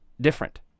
different